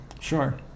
Sure